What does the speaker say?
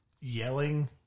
yelling